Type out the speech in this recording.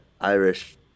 Irish